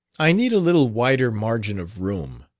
i need a little wider margin of room.